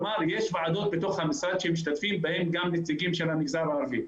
יש ועדות בתוך המשרד שמשתתפים בהם נציגים של המגזר הערבי.